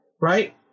right